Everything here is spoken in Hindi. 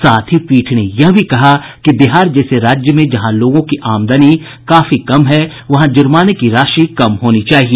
साथ ही पीठ ने यह भी कहा कि बिहार जैसे राज्य में जहां लोगों की आमदनी काफी कम है वहां जुर्माने की राशि कम होनी चाहिए